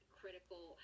critical